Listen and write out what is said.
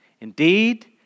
Indeed